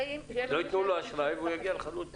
לא ייתנו לו אשראי והוא יגיע לחדלות פירעון.